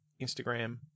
Instagram